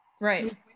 Right